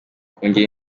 kongera